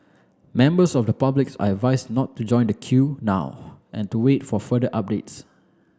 members of the public are advised not to join the queue now and to wait for further updates